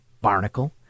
barnacle